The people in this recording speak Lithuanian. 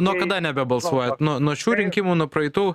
nuo kada nebebalsuojat nuo nuo šių rinkimų nuo praeitų